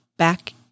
back